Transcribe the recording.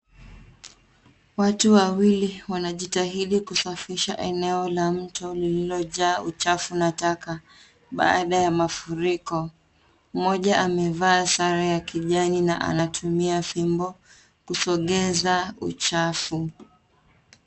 Watu wawili wanajitahidi kusafisha eneo la mto lililojaa uchafu na taka baada ya mafuriko. Mmoja amevaa sare ya kijani na anatumia fimbo kusogeza uchafu